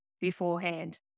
beforehand